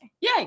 Yay